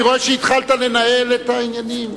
אני רואה שהתחלת לנהל את העניינים.